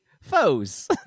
foes